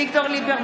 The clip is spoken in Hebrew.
קשה ביותר.